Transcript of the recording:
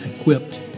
equipped